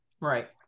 right